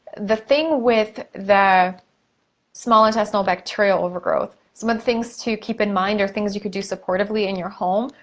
the thing with the small intestinal bacterial overgrowth, some of the things to keep in mind are things you could do supportively in your home.